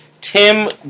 Tim